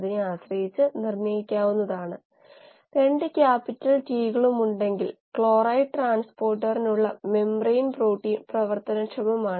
നിങ്ങൾ ഫ്ലൂയിഡ് മെക്കാനിക്സിൽ ഒരു കോഴ്സ് ചെയ്തിട്ടുണ്ടെങ്കിൽ അറിയാം പക്ഷെ അത് പ്രശ്നമല്ല